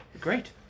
Great